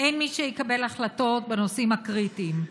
אין מי שיקבל החלטות בנושאים הקריטיים.